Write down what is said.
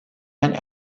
and